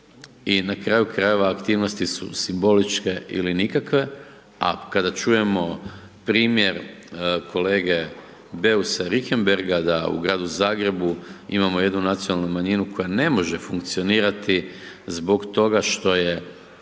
i na kraju krajeva aktivnosti su simboličke ili nikakve, a kada čujemo primjer kolege Beusa Richembergha da u Gradu Zagrebu imamo jedu nacionalnu manjinu koja ne može funkcionirati zbog toga što je